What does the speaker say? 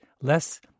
less